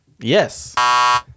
Yes